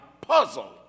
puzzle